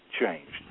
changed